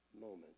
moment